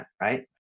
right